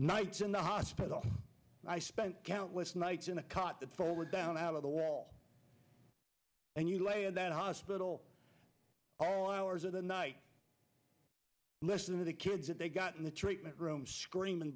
nights in the hospital i spent countless nights in a cot it forward down out of the wall and you lay in that hospital all hours of the night listening to the kids that they got in the treatment room screaming